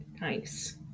Nice